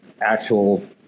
actual